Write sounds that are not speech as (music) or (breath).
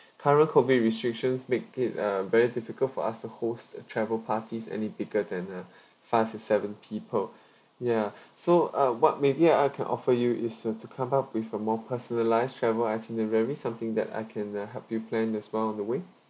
current COVID restrictions make it uh very difficult for us to host a travel parties any bigger than uh (breath) five to seven people (breath) ya so uh what maybe I can offer you is uh to come up with a more personalised travel itinerary something that I can uh help you plan is one of the way